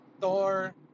Thor